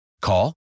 Call